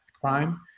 crime